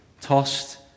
tossed